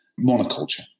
monoculture